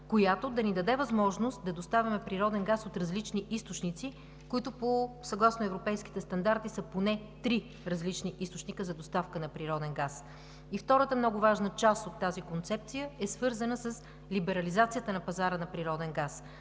която да ни даде възможност да доставяме природен газ от различни източници, които съгласно европейските стандарти са поне три различни източника за доставка на природен газ. Втората много важна част от тази концепция е свързана с либерализацията на пазара на природен газ